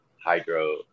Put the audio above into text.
hydro